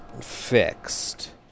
fixed